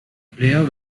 player